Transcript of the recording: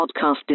podcast